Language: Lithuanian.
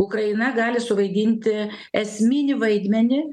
ukraina gali suvaidinti esminį vaidmenį